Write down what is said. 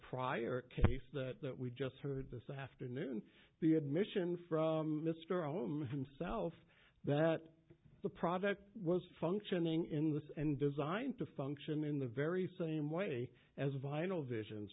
prior case that we just heard this afternoon the admission from mr omer himself that the product was functioning in this and designed to function in the very same way as a vinyl visions